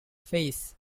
face